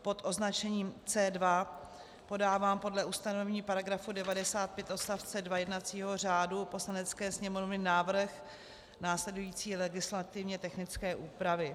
Pod označením C2 podávám podle ustanovení § 95 odst. 2 jednacího řádu Poslanecké sněmovny návrh následující legislativně technické úpravy.